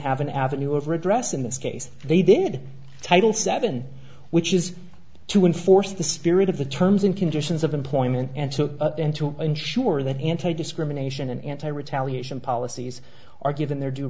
have an avenue of redress in this case they did title seven which is to enforce the spirit of the terms and conditions of employment and so up and to ensure that anti discrimination and anti retaliation policies are given their due